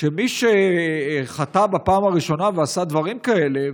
מי שחטא בפעם הראשונה ועשה דברים כאלה,